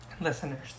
Listeners